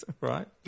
Right